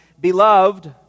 Beloved